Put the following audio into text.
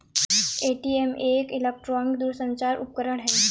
ATM एक electronic दूरसंचार उपकरण है